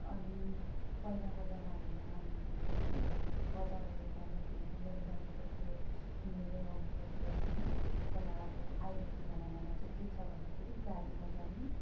अनि पहिलाको जमानामा हामी बजारहरू जाँदाखेरि हिँडेर जानु पर्थ्यो हिँडेरै आउनु पर्थ्यो होइनन तर अब अहिलेको जमानामा चाहिँ के छ भन्दाखेरि गाडीमा जानु